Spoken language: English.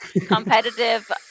competitive